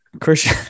christian